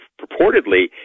purportedly